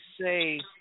say